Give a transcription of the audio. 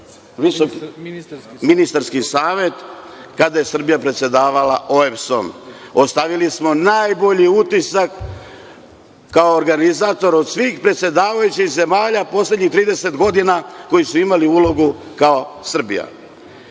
Ministarski savet, kada je Srbija predsedavala OEBS-om. Ostavili smo najbolji utisak kao organizator od svih predsedavajućih zemalja, poslednjih 30 godina koji su imali ulogu kao Srbija.